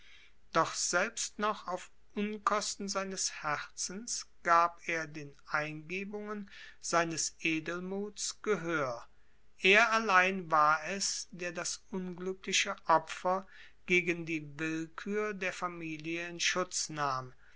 doch selbst noch auf unkosten seines herzens gab er den eingebungen seines edelmuts gehör er allein war es der das unglückliche opfer gegen die willkür der familie in schutz nahm